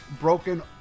broken